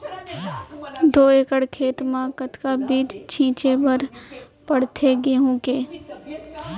दो एकड़ खेत म कतना बीज छिंचे बर पड़थे गेहूँ के?